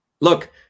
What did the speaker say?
Look